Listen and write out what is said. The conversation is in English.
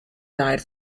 died